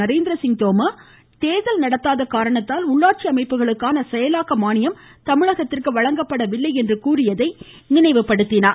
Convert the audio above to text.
நரேந்திரசிங் தோமர் தேர்தல் நடத்தாத காரணத்தால் உள்ளாட்சி அமைப்புகளுக்கான செயலாக்க மானியம் தமிழகத்திற்கு வழங்கப்படவில்லை என்று கூறியதை நினைவுபடுத்தினார்